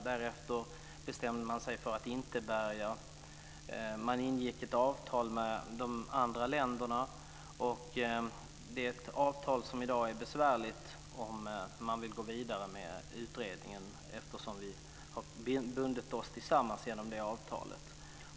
Därefter bestämde man sig för att inte bärga. Man ingick ett avtal med de andra länderna. Det är ett avtal som i dag är besvärligt om man vill gå vidare med utredningen eftersom vi har bundit oss samman genom det avtalet.